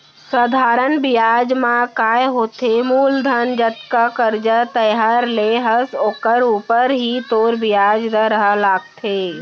सधारन बियाज म काय होथे मूलधन जतका करजा तैंहर ले हस ओकरे ऊपर ही तोर बियाज दर ह लागथे